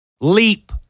Leap